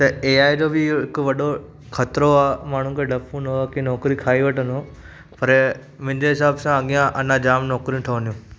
त ए आहे जो बि हिकु वॾो खतिरो आहे माण्हुनि खे डपु हुन्दो आहे की नौकिरियूं खाईं वठिन्दो परि मुंहिंजे हिसाबु सां अॻियां जाम नौकिरियूं ठहीन्दियूं